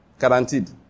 Guaranteed